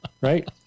right